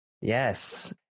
Yes